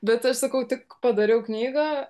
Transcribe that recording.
bet aš sakau tik padariau knygą